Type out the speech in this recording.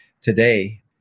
today